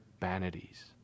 vanities